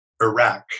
Iraq